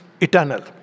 eternal